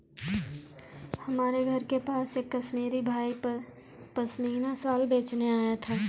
हमारे घर के पास एक कश्मीरी भाई पश्मीना शाल बेचने आया था